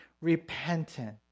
repentant